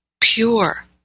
pure